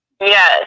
Yes